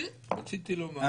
רציתי לומר,